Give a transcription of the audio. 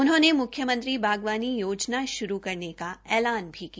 उन्होंने म्ख्यमंत्री बागवानी योजना श्रू करने का ऐलान भी किया